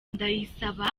ndayisaba